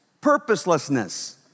purposelessness